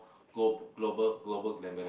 glo~ global global gambling